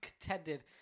contended